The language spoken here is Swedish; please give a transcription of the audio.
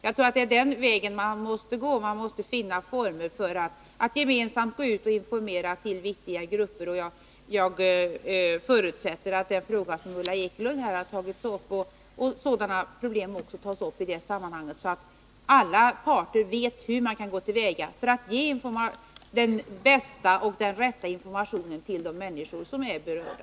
Jag tror man måste gå den vägen, att finna former för att gemensamt informera viktiga grupper. Jag förutsätter att sådana problem som Ulla Ekelund tog upp i sin fråga också tas upp i detta sammanhang, så att alla parter vet hur man kan gå till väga för att ge den bästa och den rätta informationen till de människor som är berörda.